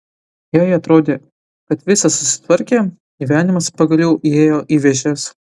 jai atrodė kad visa susitvarkė gyvenimas pagaliau įėjo į vėžes